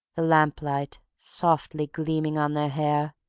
the lamplight softly gleaming on their hair,